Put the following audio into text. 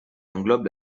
englobe